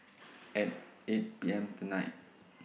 At eight P M tonight